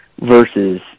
versus